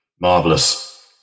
marvelous